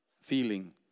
feeling